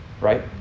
right